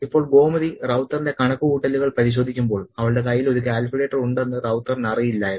ഇപ്പോൾ ഗോമതി റൌത്തറിന്റെ കണക്കുകൂട്ടലുകൾ പരിശോധിക്കുമ്പോൾ അവളുടെ കയ്യിൽ ഒരു കാൽക്കുലേറ്റർ ഉണ്ടെന്ന് റൌത്തറിന് അറിയില്ലായിരുന്നു